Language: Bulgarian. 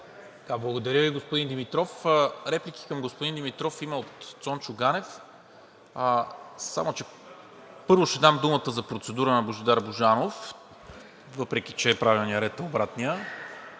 Благодаря Ви, господин Димитров. Реплики към господин Димитров има от Цончо Ганев, само че първо ще дам думата за процедура на Божидар Божанов, въпреки че правилният ред е обратният,